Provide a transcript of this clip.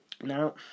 Now